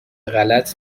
غلط